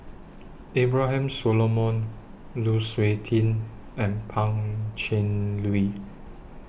Abraham Solomon Lu Suitin and Pan Cheng Lui